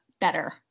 better